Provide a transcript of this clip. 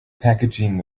packaging